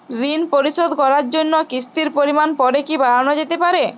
ঋন পরিশোধ করার জন্য কিসতির পরিমান পরে কি বারানো যেতে পারে?